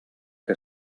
que